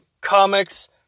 comics